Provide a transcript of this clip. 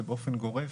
זה באופן גורף,